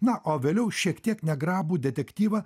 na o vėliau šiek tiek negrabų detektyvą